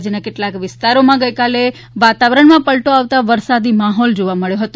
રાજ્યના કેટલાંક વિસ્તારોમાં ગઇકાલે પલટો આવતા વરસાદી માહોલ જોવા મબ્યો હતો